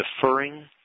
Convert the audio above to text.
deferring